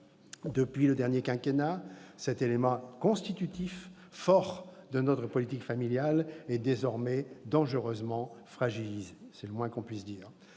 depuis le dernier quinquennat, cet élément constitutif fort de notre politique familiale est désormais dangereusement fragilisé- c'est le moins qu'on puisse dire.